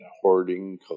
hoarding